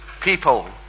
people